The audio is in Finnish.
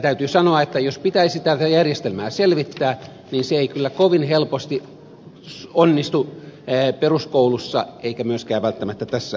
täytyy sanoa että jos pitäisi tätä järjestelmää selvittää niin se ei kyllä kovin helposti onnistu peruskoulussa eikä myöskään välttämättä tässä salissa